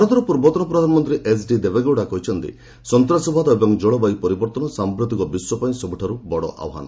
ଭାରତର ପୂର୍ବତନ ପ୍ରଧାନମନ୍ତ୍ରୀ ଏଚ୍ଡି ଦେବେଗୌଡ଼ କହିଛନ୍ତି ସନ୍ତ୍ରାସବାଦ ଏବଂ ଜଳବାୟୁ ପରିବର୍ତ୍ତନ ସାଂପ୍ରତିକ ବିଶ୍ୱ ପାଇଁ ସବୁଠାରୁ ବଡ଼ ଆହ୍ବାନ